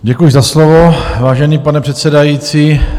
Děkuji za slovo, vážený pane předsedající.